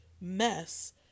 mess